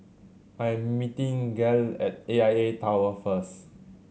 I am meeting Gayle at A I A Tower first